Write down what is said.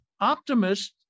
Optimists